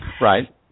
Right